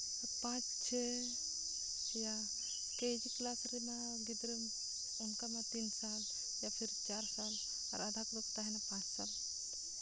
ᱯᱟᱸᱪ ᱪᱷᱚᱭ ᱭᱟ ᱠᱮᱡᱤ ᱠᱞᱟᱥ ᱨᱮᱢᱟ ᱜᱤᱫᱽᱨᱟᱹ ᱚᱱᱠᱟ ᱢᱟ ᱛᱤᱱ ᱥᱟᱞ ᱯᱷᱤᱨ ᱪᱟᱨ ᱥᱟᱞ ᱟᱨ ᱟᱫᱷᱟ ᱠᱚᱫᱚ ᱠᱚ ᱛᱟᱦᱮᱱ ᱯᱟᱸᱪ ᱥᱟᱞ